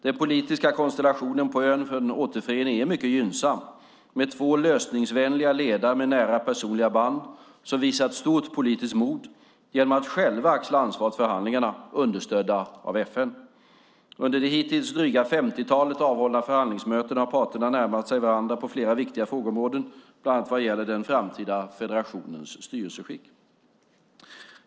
Den politiska konstellationen på ön för en återförening är mycket gynnsam, med två lösningsvänliga ledare med nära personliga band som visat stort politiskt mod genom att själva axla ansvaret för förhandlingarna, understödda av FN. Under de hittills dryga femtiotalet avhållna förhandlingsmötena har parterna närmat sig varandra på flera viktiga frågeområden, bland annat vad gäller den framtida federationens styrelseskick.